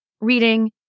reading